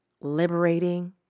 liberating